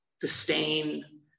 disdain